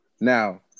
Now